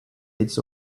its